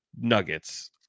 Nuggets